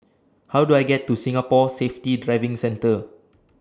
How Do I get to Singapore Safety Driving Centre